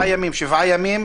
עוד 7 ימים ועוד 7 ימים,